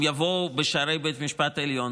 הם יבואו בשערי בית המשפט העליון,